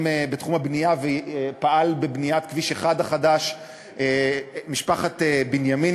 בתחום הבנייה ופעל בבניית כביש 1 החדש משפחת בנימין,